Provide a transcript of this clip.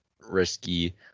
risky